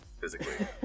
physically